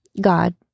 God